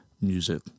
music